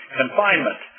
confinement